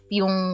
yung